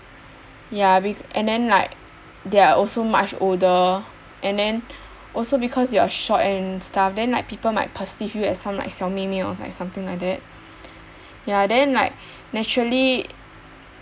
ya be~ and then like they're also much older and then also because you are short and stuff then like people might perceive you as some like 小妹妹 or like something like that ya then like naturally